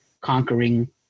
conquering